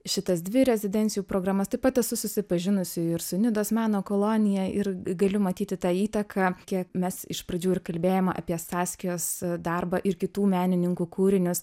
šitas dvi rezidencijų programas taip pat esu susipažinusi ir su nidos meno kolonija ir galiu matyti tą įtaką kiek mes iš pradžių ir kalbėjom apie saskijos darbą ir kitų menininkų kūrinius